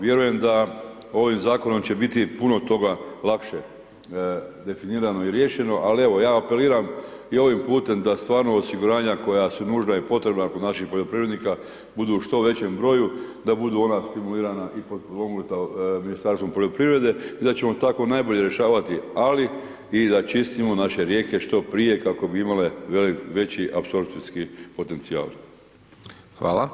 Vjerujem da ovim zakonom će biti puno toga lakše definirano i riješeno ali evo, ja apeliram i ovim putem da stvarno osiguranja koja su nužna i potrebna kod naših poljoprivrednika budu u što većem broju, da budu ona stimulirana i potpomognuta Ministarstvom poljoprivrede i da ćemo tako najbolje rješavati ali i da čistimo naše rijeke što prije kako bi imale veći apsorpcijski potencijal.